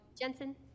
Jensen